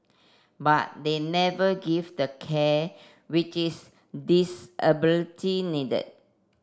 but they never gave the care which its disability needed